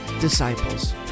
disciples